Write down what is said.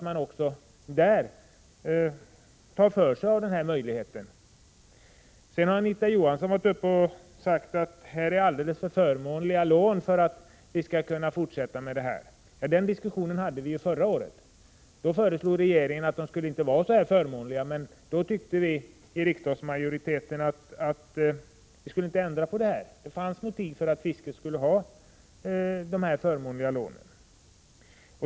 Anita Johansson har sagt att lånen är alldeles för förmånliga för att få användas på samma sätt i fortsättningen. Den diskussionen förekom också förra året, och då föreslog regeringen att lånen inte skulle vara så förmånliga. Men riksdagsmajoriteten ansåg att de inte skulle ändras, eftersom det fanns motiv för att fisket skulle kunna få förmånliga lån.